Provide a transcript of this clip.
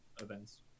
events